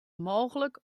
mooglik